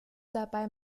dabei